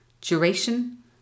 duration